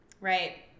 Right